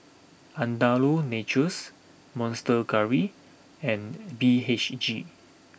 Andalou Naturals Monster Curry and B H G